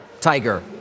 Tiger